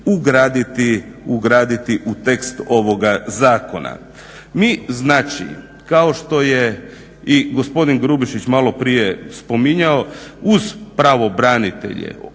ugraditi u tekst ovoga zakona. Mi znači kao što je i gospodin Grubišić malo prije spominjao uz pravobranitelje,